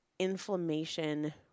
inflammation